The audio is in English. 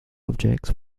objects